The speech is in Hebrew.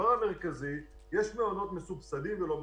יש מעונות מסובסדים ומעונות לא מסובסדים.